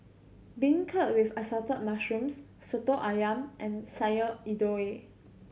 beancurd with Assorted Mushrooms Soto Ayam and Sayur Lodeh